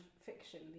fiction